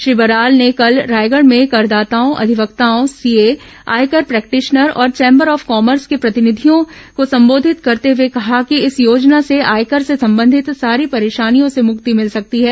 श्री बराल ने कल रायगढ़ में करदाताओं अधिवक्ताओं सीए आयकर प्रैक्टिशनर और चेंबर ऑफ कॉमर्स को प्रतिनिधियों को संबोधित करते हुए कहा कि इस योजना से आयकर से संबंधित सारी परेशानियों से मुक्ति मिल सकती है